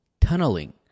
tunneling